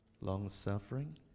long-suffering